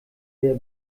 der